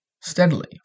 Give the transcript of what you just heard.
steadily